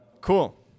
Cool